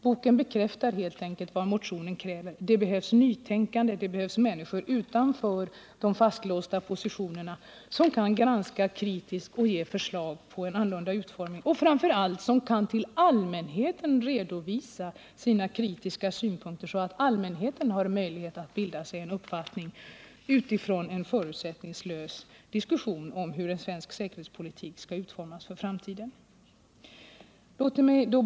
Boken bekräftar helt enkelt vad motionen kräver, nämligen att det behövs nytänkande, att det behövs människor utanför de fastlåsta positionerna som kan göra en kritisk gran§kning och ge förslag till annorlunda utformning av försvaret och som framför allt kan redovisa sina kritiska synpunkter för allmänheten, så att den har möjlighet att bilda sig en uppfattning utifrån en förutsättningslös diskussion om hur svensk säkerhetspolitik skall utformas i framtiden.